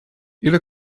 ile